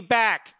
back